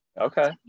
Okay